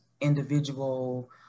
individual